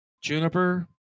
Juniper